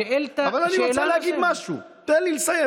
לגבי השאלה השלישית מהו החשד,